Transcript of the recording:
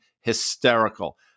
hysterical